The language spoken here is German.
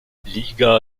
liga